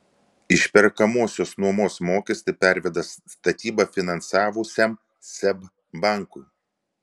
išperkamosios nuomos mokestį perveda statybą finansavusiam seb bankui